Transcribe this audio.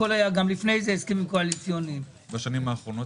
בשנים האחרונות.